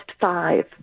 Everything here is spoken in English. five